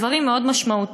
דברים מאוד משמעותיים.